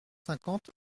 cinquante